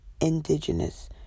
indigenous